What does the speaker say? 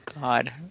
God